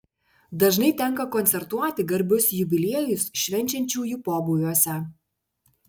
dažnai tenka koncertuoti garbius jubiliejus švenčiančiųjų pobūviuose